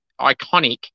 iconic